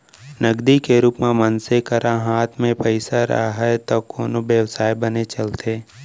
नगदी के रुप म मनसे करा हात म पइसा राहय तब कोनो बेवसाय बने चलथे